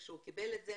כשהוא קיבל את זה,